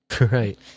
Right